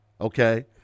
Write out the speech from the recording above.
Okay